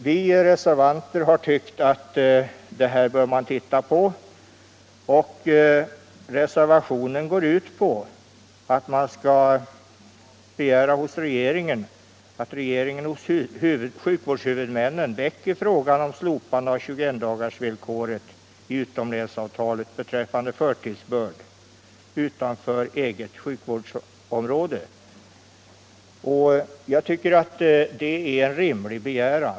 Vi reservanter har tyckt att man bör titta på dessa bestämmelser. Reservationen går ut på att riksdagen skall begära att regeringen hos sjukvårdshuvudmännen väcker frågan om slopande av 21-dagarsvillkoret i utomlänsavtalet beträffande förtidsbörd utanför eget sjukvårdsområde. Jag tycker att det är en rimlig begäran.